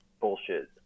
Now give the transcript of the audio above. bullshit